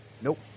Nope